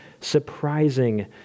surprising